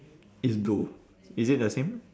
is blue is it the same